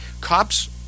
Cops